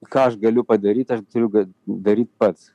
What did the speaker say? ką aš galiu padaryt aš turiu daryt pats